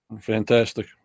Fantastic